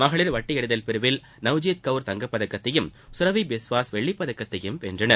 மகளிர் வட்டு எறிதல் பிரிவில் நவ்ஜீத் கவுர் தங்கப்பதக்கத்தையும் கரவி பிஸ்வாஸ் வெள்ளிப்பதக்கத்தையும் வென்றனர்